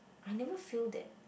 I never feel that